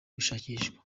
gushakishwa